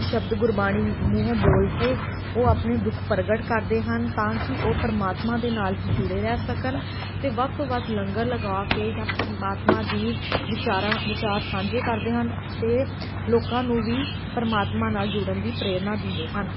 ਸ਼ਬਦ ਗੁਰਬਾਣੀ ਮੂੰਹੋਂ ਬੋਲ ਕੇ ਉਹ ਆਪਣੇ ਦੁੱਖ ਪ੍ਰਗਟ ਕਰਦੇ ਹਨ ਤਾਂ ਕਿ ਉਹ ਪਰਮਾਤਮਾ ਦੇ ਨਾਲ ਹੀ ਜੁੜੇ ਰਹਿ ਸਕਣ ਅਤੇ ਵੱਧ ਤੋਂ ਵੱਧ ਲੰਗਰ ਲਗਾ ਕੇ ਜਾਂ ਪਰਮਾਤਮਾ ਦੀ ਵਿਚਾਰਾਂ ਵਿਚਾਰ ਸਾਂਝੇ ਕਰਦੇ ਹਨ ਅਤੇ ਲੋਕਾਂ ਨੂੰ ਵੀ ਪਰਮਾਤਮਾ ਨਾਲ ਜੁੜਨ ਦੀ ਪ੍ਰੇਰਨਾ ਦਿੰਦੇ ਹਨ